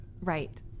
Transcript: Right